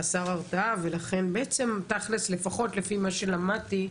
חסר הרתעה ולכן לפחות לפי מה שלמדתי,